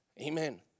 Amen